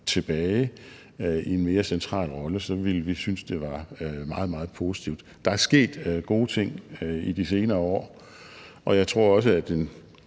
tilbage i en mere central rolle, ville vi synes det var meget, meget positivt. Der er sket gode ting i de senere år, og jeg tror også, at en